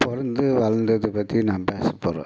பிறந்து வளர்ந்தது பற்றி நான் பேசப் போகிறேன்